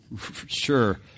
sure